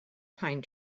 pine